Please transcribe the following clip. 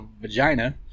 vagina